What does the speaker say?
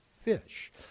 fish